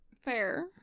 Fair